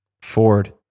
Ford